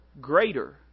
greater